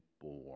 born